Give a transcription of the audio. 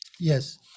Yes